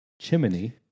chimney